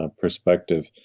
perspective